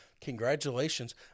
congratulations